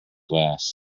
glass